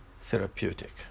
therapeutic